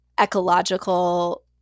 ecological